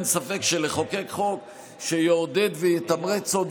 אין ספק שלחוקק חוק שיעודד ויתמרץ עוד